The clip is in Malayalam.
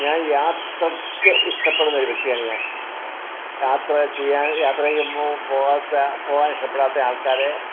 ഞാൻ യാത്ര ഒക്കെ ഇഷ്ടപ്പെടുന്നൊരു വ്യക്തിയാണ് ഞാൻ യാത്ര ചെയ്യാൻ യാത്ര ചെയ്യുമ്പോൾ പോകാത്ത പോവാൻ ഇഷ്ടപ്പെടാത്ത ആൾക്കാരെ